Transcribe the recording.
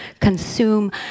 consume